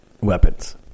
Weapons